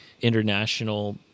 international